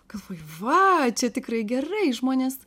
galvoju va tikrai gerai žmonės